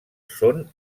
són